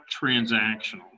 transactional